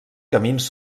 camins